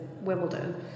Wimbledon